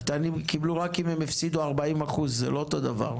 הקטנים קיבלו רק אם הם הפסידו 40%. זה לא אותו הדבר.